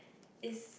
is